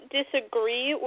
disagree